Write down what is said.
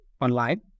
online